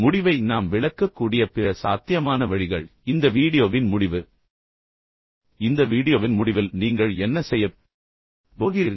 முடிவை நாம் விளக்கக்கூடிய பிற சாத்தியமான வழிகள் இந்த வீடியோவின் முடிவு இந்த வீடியோவின் முடிவில் நீங்கள் என்ன செய்யப் போகிறீர்கள்